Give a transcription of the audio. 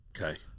Okay